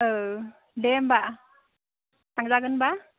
औ दे होमब्ला थांजागोन बा